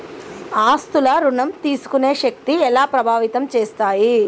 ఆస్తుల ఋణం తీసుకునే శక్తి ఎలా ప్రభావితం చేస్తాయి?